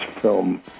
film